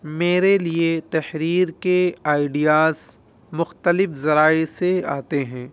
میرے لیے تحریر کے آئیڈیاز مختلف ذرائع سے آتے ہیں